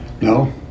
No